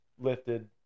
lifted